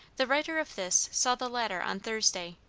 the writer of this saw the latter on thursday.